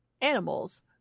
animals